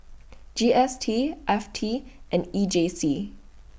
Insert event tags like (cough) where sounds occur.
(noise) G S T F T and E J C